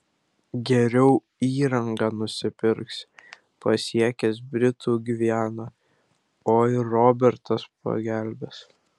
geriau įrangą nusipirks pasiekęs britų gvianą o ir robertas pagelbės